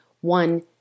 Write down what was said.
one